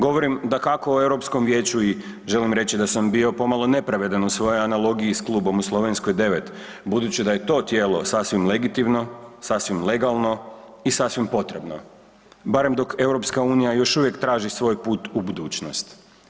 Govorim, dakako o EU vijeću i želim reći da sam bio pomalo nepravedan u svojoj analogiji s klubom u Slovenskoj 9, budući da je to tijelo sasvim legitimno, sasvim legalno i sasvim potrebno, barem dok EU još uvijek traži svoj put u budućnost.